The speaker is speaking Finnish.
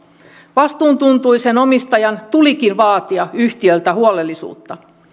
vastuuntuntoisen omistajan tulikin vaatia yhtiöltä huolellisuutta